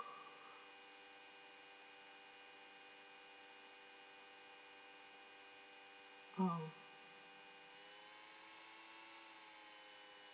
uh